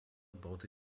baute